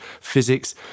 physics